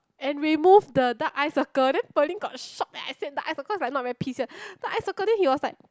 and remove the dark eye circle then Pearlyn got shock eh I said dark eye circle is like not very pleased here dark eye circle then he was like